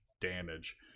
damage